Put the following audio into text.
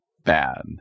bad